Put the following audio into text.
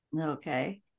Okay